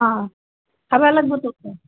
অঁ খাব লাগিবতো